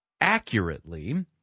accurately